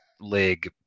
league